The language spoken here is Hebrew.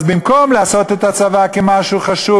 אז במקום לעשות את הצבא משהו חשוב,